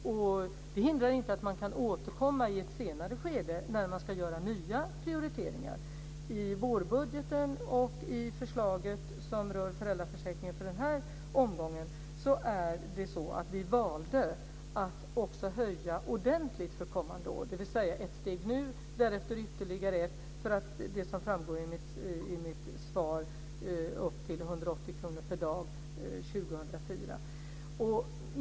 Det hindrar inte att man kan återkomma i ett senare skede när man ska göra nya prioriteringar. I vårbudgeten och i förslaget som rör föräldraförsäkringen i den här omgången valde vi att också höja ordentligt för kommande år. Det innebär att vi tar ett steg nu, och därefter ytterligare ett för att, som framgår av mitt svar, komma upp till 180 kr per dag år 2004.